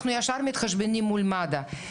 אנחנו ישר מתחשבנים מול מד"א.